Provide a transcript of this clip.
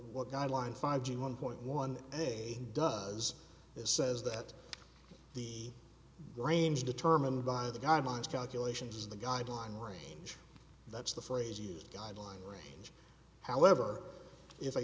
what guideline five g one point one a does is says that the range determined by the guidelines calculations is the guideline range that's the phrase used guideline range however if